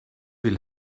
will